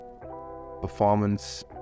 performance